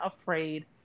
afraid